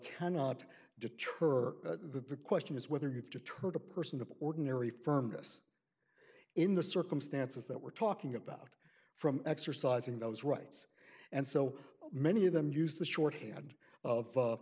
cannot deter the question is whether you've deterred a person of ordinary firmness in the circumstances that we're talking about from exercising those rights and so many of them use the shorthand